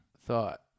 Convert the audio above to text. thought